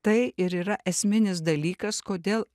tai ir yra esminis dalykas kodėl